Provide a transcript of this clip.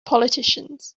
politicians